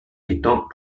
étant